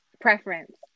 preference